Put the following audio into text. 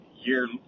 year